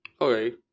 Okay